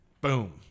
boom